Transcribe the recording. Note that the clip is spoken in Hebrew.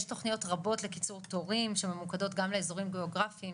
יש תכניות רבות לקיצור תורים שממוקדות גם לאיזורים גיאוגרפיים,